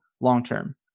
long-term